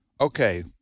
Okay